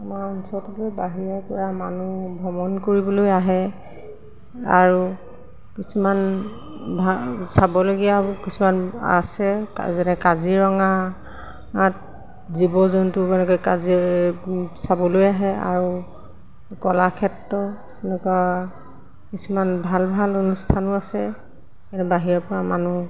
আমাৰ অঞ্চললৈ বাহিৰৰপৰা মানুহ ভ্ৰমণ কৰিবলৈ আহে আৰু কিছুমান চাবলগীয়া কিছুমান আছে যেনে কাজিৰঙাত জীৱ জন্তু এনেকৈ চাবলৈ আহে আৰু কলাক্ষেত্ৰ এনেকুৱা কিছুমান ভাল ভাল অনুষ্ঠানো আছে এনেই বাহিৰৰপৰা মানুহ